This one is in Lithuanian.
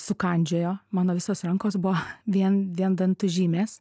sukandžiojo mano visos rankos buvo vien vien dantų žymės